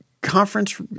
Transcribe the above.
conference